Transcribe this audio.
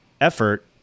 effort